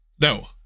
no